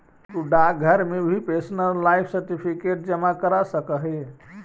तु डाकघर में भी पेंशनर लाइफ सर्टिफिकेट जमा करा सकऽ हे